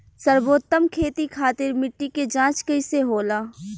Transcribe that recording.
सर्वोत्तम खेती खातिर मिट्टी के जाँच कईसे होला?